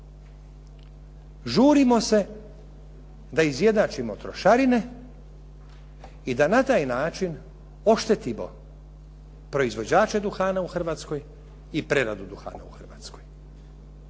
žurimo se da izjednačimo trošarine i da na taj način oštetimo proizvođače duhana u Hrvatskoj i preradu duhana u Hrvatskoj.